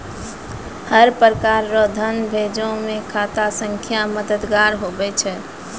हर प्रकार रो धन भेजै मे खाता संख्या मददगार हुवै छै